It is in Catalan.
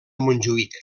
montjuïc